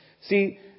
See